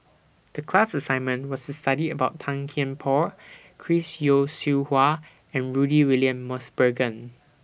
The class assignment was The study about Tan Kian Por Chris Yeo Siew Hua and Rudy William Mosbergen